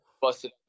busted